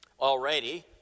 Already